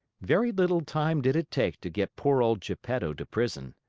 very little time did it take to get poor old geppetto to prison.